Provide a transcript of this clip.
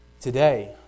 Today